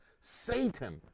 Satan